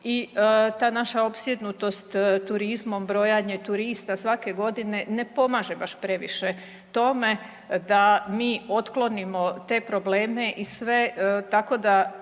i ta naša opsjednutost turizmom, brojanje turista svake godine ne pomaže baš previše tome da mi otklonimo te probleme i sve tako da